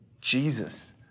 Jesus